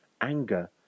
anger